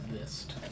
list